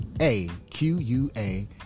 A-Q-U-A